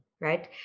right